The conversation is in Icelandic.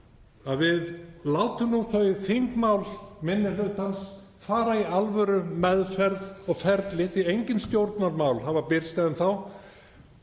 að við látum nú þau þingmál minni hlutans fara í alvörumeðferð og -ferli því að engin stjórnarmál hafa birst enn þá.